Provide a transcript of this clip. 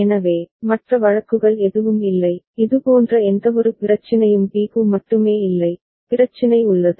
எனவே மற்ற வழக்குகள் எதுவும் இல்லை இதுபோன்ற எந்தவொரு பிரச்சினையும் b க்கு மட்டுமே இல்லை பிரச்சினை உள்ளது